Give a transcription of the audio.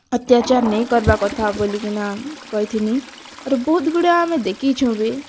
ଅତ୍ୟାଚାର୍ ନାଇଁ କର୍ବାର୍ କଥା ବୋଲିକିନା କହିଥିଲି ଆରୁ ବହୁତ୍ଗୁଡ଼େ ଆମେ ଦେଖିଛୁଁ ବି